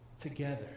together